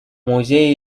музей